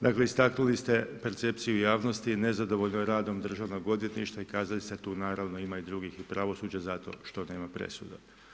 Dakle istaknuli ste percepciju javnosti nezadovoljno radom državnog odvjetništva i kazali ste tu naravno ima i drugih pravosuđa zato što nema presuda.